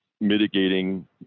mitigating